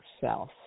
self